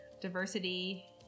diversity